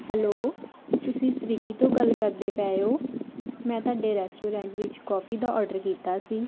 hello ਤੁਸੀਂ ਸਵੀਗੀ ਤੋਂ ਗੱਲ ਕਰਦੇ ਪਏ ਹੋ ਮੈਂ ਤੁਹਾਡੇ ਰੈਸਟੋਰੈਂਟ ਵਿੱਚ ਕੌਫੀ ਦਾ ਔਡਰ ਕੀਤਾ ਸੀ